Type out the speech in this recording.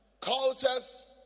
cultures